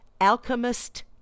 alchemist